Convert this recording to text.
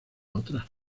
otras